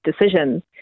decisions